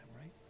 right